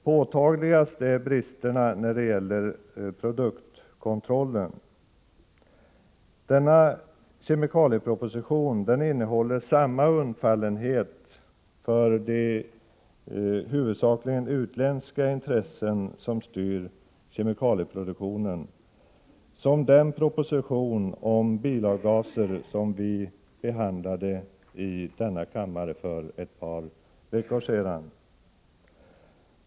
Påtagligast är bristerna när det gäller produktkontrollen. Denna kemikalieproposition innehåller samma undfallenhet för de huvudsakligen utländska intressen som styr kemikalieproduktionen som den proposition om bilavgaser som vi behandlade i denna kammare för ett par veckor sedan.